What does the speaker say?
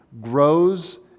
grows